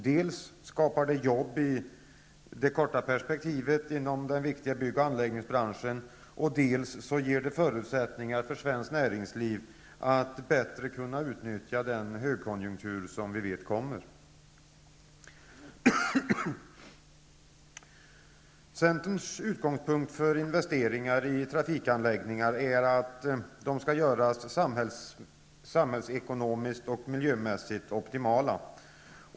Dels skapar det jobb i det korta perspektivet inom den viktiga bygg och anläggningsbranschen, dels ger det bra förutsättningar för svenskt näringsliv att bättre utnyttja den högkonjunktur som vi vet kommer. Centerns utgångspunkt för investeringar i trafikanläggningar är att de skall göras samhällsekonomiskt och miljömässigt optimala.